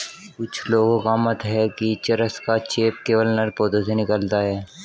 कुछ लोगों का मत है कि चरस का चेप केवल नर पौधों से निकलता है